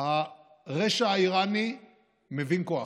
הרשע האיראני מבין כוח.